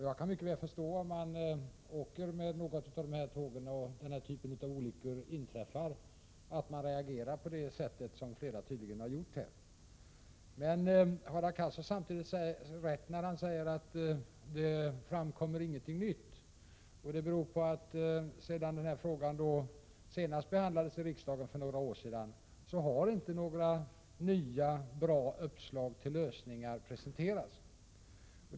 Jag kan mycket väl förstå att man reagerar på det sätt som flera här tydligen har gjort om man åker tåg och en olycka av denna typ inträffar. Men Hadar Cars har också rätt när han säger att ingenting nytt framkommer. Det beror på att det sedan denna fråga senast behandlades i riksdagen för några år sedan inte har presenterats några nya, bra uppslag till lösningar.